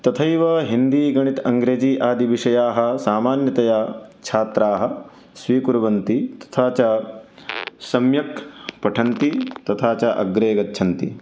तथैव हिन्दी गणित अङ्रेजि आदिविषयान् सामान्यतया छात्राः स्वीकुर्वन्ति तथा च सम्यक् पठन्ति तथा च अग्रे गच्छन्ति